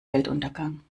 weltuntergang